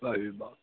अरे बा